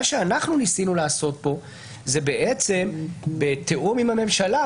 מה שאנחנו ניסינו לעשות כאן זה בתיאום עם הממשלה,